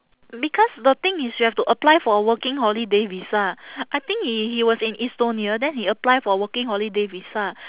because the thing is you have to apply for working holiday visa I think he he was in estonia then he apply for working holiday visa